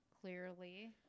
Clearly